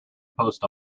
post